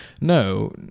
No